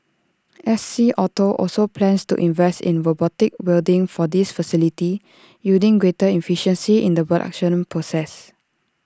S C auto also plans to invest in robotic welding for this facility yielding greater efficiency in the production process